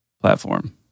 platform